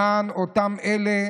למען אותם אלה